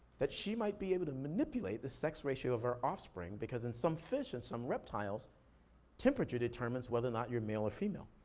that she might be able to manipulate the sex ratio of her offspring, because in some fish and some reptiles temperature determines whether or not you're male or female.